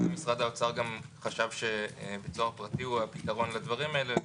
פעם משרד האוצר גם חשב שבית סוהר פרטי הוא הפתרון לדברים האלה.